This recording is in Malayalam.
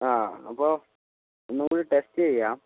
ആ അപ്പോൾ ഒന്നൂംകൂടി ടെസ്റ്റ് ചെയ്യാം